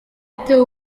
atewe